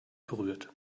berührt